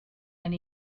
and